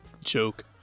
joke